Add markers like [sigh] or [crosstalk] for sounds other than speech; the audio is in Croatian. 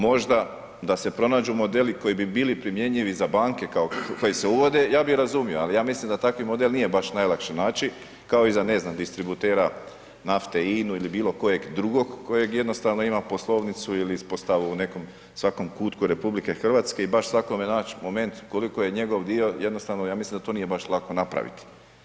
Možda da se pronađu modeli koji bi bili primjenjivi za banke, koje se uvode, ja bi razumio, ali ja mislim da takav model nije baš najlakše naći, ako i za ne znam, distributera nafte, INA-u ili bilo kojeg drugog, koji jednostavno ima poslovnicu ili … [unintelligible] u nekom, svakom kutku RH i baš svakom naći moment koliko je njegov dio, jednostavno, ja mislim da to nije baš lako napraviti.